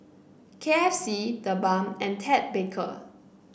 K F C TheBalm and Ted Baker